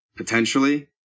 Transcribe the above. Potentially